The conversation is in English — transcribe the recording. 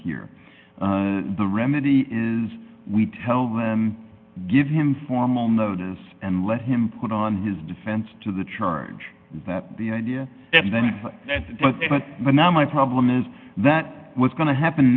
here the remedy is we tell them give him formal notice and let him put on his defense to the charge that the idea but now my problem is that what's going to happen